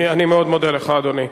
אני מאוד מודה לך, אדוני.